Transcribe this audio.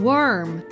Worm